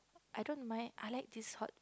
I don't mind I like this hot